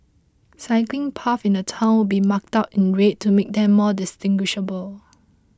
cycling paths in the town will be marked out in red to make them more distinguishable